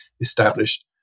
established